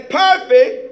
perfect